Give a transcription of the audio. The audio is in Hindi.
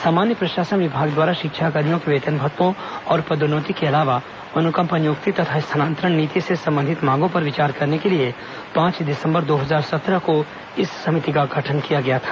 सामान्य प्रशासन विभाग द्वारा शिक्षाकर्मियों के वेतन भत्तों और पदोन्नति के अलावा अनुकंपा नियुक्ति तथा स्थानांतरण नीति से संबंधित मांगों पर विचार करने के लिए पांच दिसम्बर दो हजार सत्रह को इस समिति का गठन किया गया था